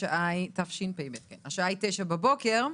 השעה היא 9:00 בבוקר.